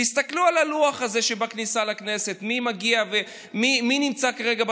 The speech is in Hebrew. תסתכלו על הלוח הזה שבכניסה לכנסת מי מגיע ומי נמצא כרגע במשכן,